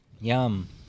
Yum